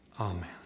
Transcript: amen